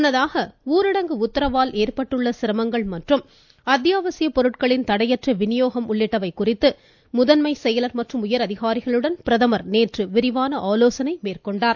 முன்னதாக ஊரடங்கு உத்தரவால் ஏற்பட்டுள்ள சிரமங்கள் மற்றும் பொருட்களின் வினியோகம் அத்தியாவசியப் உள்ளிட்டவை குறித்து முதன்மைச் செயலர் மற்றும் உயர் அதிகாரிகளுடன் பிரதமர் நேற்று விரிவான ஆலோசனை மேற்கொண்டார்